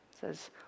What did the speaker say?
says